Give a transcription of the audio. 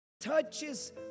touches